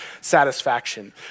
satisfaction